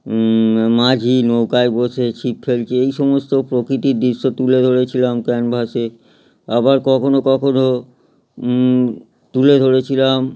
মাঝি নৌকায় বসে ছিপ ফেলছে এই সমস্ত প্রকৃতির দৃশ্য তুলে ধরেছিলাম ক্যানভাসে আবার কখনো কখনো তুলে ধরেছিলাম